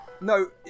No